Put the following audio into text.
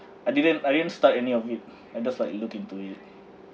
I didn't I didn't start any of it and just like look into it